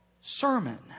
sermon